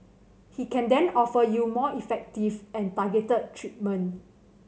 he can then offer you more effective and targeted treatment